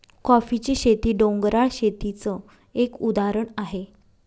कॉफीची शेती, डोंगराळ शेतीच एक उदाहरण आहे